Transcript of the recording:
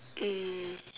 mm